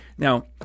Now